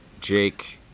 jake